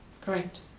Correct